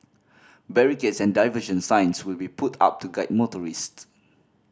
barricades and diversion signs will be put up to guide motorists